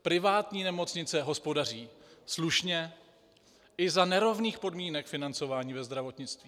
Privátní nemocnice hospodaří slušně i za nerovných podmínek financování ve zdravotnictví.